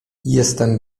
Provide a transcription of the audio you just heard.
jestem